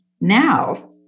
Now